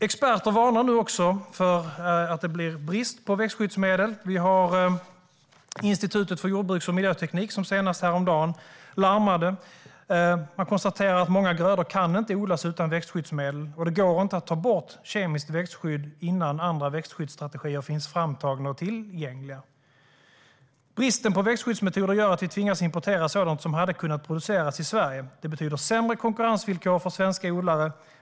Experter varnar nu också för att det blir brist på växtskyddsmetoder. Institutet för jordbruks och miljöteknik larmade häromdagen. Man konstaterar att många grödor inte kan odlas utan växtskyddsmedel, och det går inte att ta bort kemiskt växtskydd innan andra växtskyddsstrategier finns framtagna och tillgängliga. Bristen på växtskyddsmetoder gör att vi tvingas importera sådant som hade kunnat produceras i Sverige. Det betyder sämre konkurrensvillkor för svenska odlare.